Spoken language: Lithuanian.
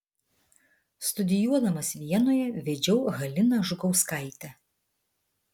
studijuodamas vienoje vedžiau haliną žukauskaitę